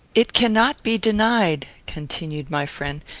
it cannot be denied continued my friend,